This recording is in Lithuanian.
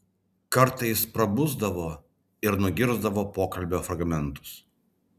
kartais prabusdavo ir nugirsdavo pokalbio fragmentus